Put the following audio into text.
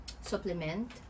supplement